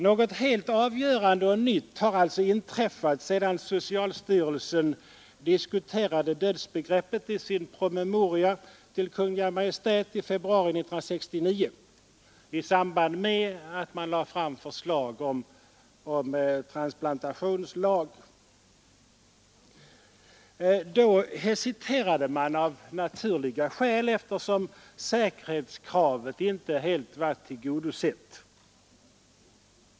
Något helt avgörande och nytt har alltså inträffat sedan socialstyrelsen diskuterade dödsbegreppet i sin promemoria till Kungl. Maj:t i februari 1969 i samband med förslaget om transplantationslag. Då hesiterade man av naturliga skäl, eftersom säkerhetskravet inte var helt tillgodosett.